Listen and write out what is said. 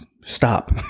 stop